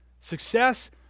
Success